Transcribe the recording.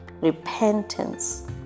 repentance